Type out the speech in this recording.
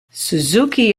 suzuki